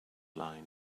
line